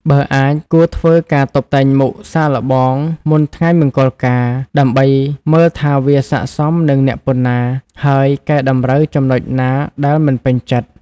បើអាច គួរធ្វើការតុបតែងមុខសាកល្បងមុនថ្ងៃមង្គលការ ដើម្បីមើលថាវាស័ក្តិសមនឹងអ្នកប៉ុណ្ណា ហើយកែតម្រូវចំណុចណាដែលមិនពេញចិត្ត ។